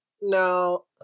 No